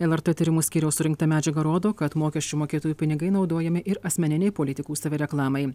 lrt tyrimų skyriaus surinkta medžiaga rodo kad mokesčių mokėtojų pinigai naudojami ir asmeninei politikų savireklamai